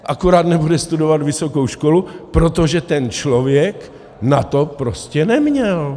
Akorát nebude studovat vysokou školu, protože ten člověk na to prostě neměl.